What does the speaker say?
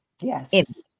Yes